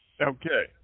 Okay